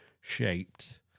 shaped